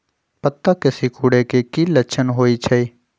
पत्ता के सिकुड़े के की लक्षण होइ छइ?